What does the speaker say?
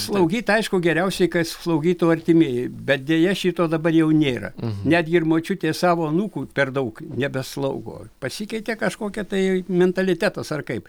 slaugyt aišku geriausiai kad slaugytų artimieji bet deja šito dabar jau nėra netgi ir močiutė savo anūkų per daug nebeslaugo pasikeitė kažkokia tai mentalitetas ar kaip